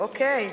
אוקיי,